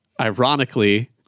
ironically